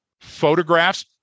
photographs